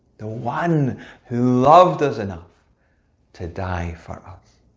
the one who loved us enough to die for us.